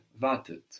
Wartet